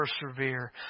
persevere